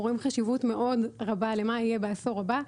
רואים חשיבות מאוד רבה למה יהיה בעשור הבא,